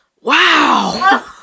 wow